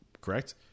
correct